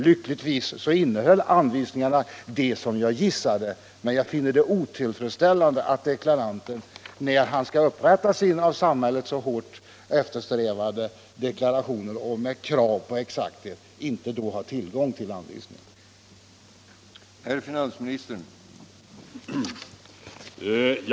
Lyckligtvis innehåller anvisningarna det som jag gissade, men jag finner det otillfredsställande att deklaranten, när han skall upprätta sin av samhället så starkt eftersträvade deklaration —- med krav på exakthet — inte har tillgång till anvisningarna.